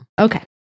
Okay